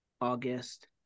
August